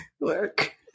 Work